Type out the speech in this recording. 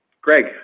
Greg